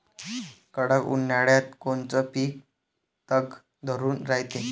कडक उन्हाळ्यात कोनचं पिकं तग धरून रायते?